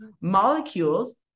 molecules